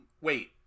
wait